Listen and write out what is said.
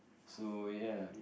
so ya